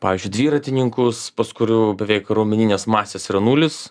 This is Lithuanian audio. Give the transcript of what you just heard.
pavyzdžiui dviratininkus pas kurių beveik raumeninės masės yra nulis